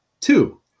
two